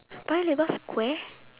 paya-lebar square